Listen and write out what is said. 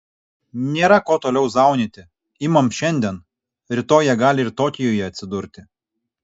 nėra ko toliau zaunyti imame šiandien rytoj jie gali ir tokijuje atsidurti